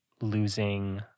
losing